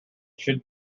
should